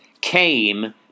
came